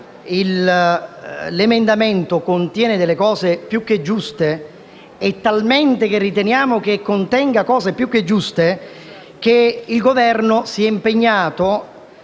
L'emendamento 1.1 contiene delle cose più che giuste; talmente riteniamo che contenga cose più che giuste che il Governo ha accolto